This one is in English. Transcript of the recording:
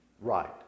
Right